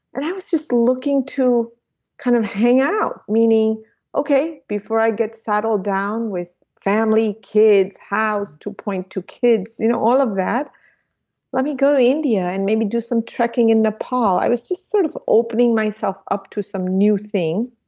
and i was just looking to kind of hang out, meaning okay before i get settled down with family, kids, house, two point two kids, you know all of that let me go to india and maybe do some trekking in nepal. i was just sort of opening myself up to some new thing.